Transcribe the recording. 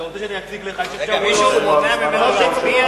אתה נותן לו על חשבון הזמן שלך?